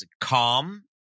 calm